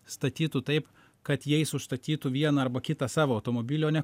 statytų taip kad jais užstatytų vieną arba kitą savo automobilį o ne